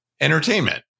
entertainment